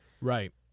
right